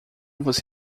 você